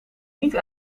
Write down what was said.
niet